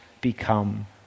become